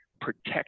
protect